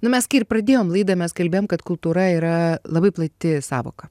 nu mes kai ir pradėjom laidą mes kalbėjom kad kultūra yra labai plati sąvoka